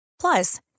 Plus